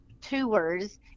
tours